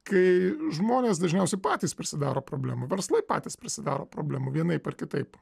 kai žmonės dažniausiai patys prisidaro problemų verslai patys prisidaro problemų vienaip ar kitaip